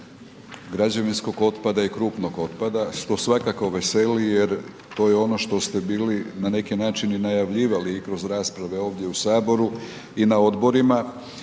Hvala